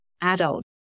adult